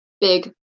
big